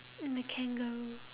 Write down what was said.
mm the kangaroo